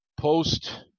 post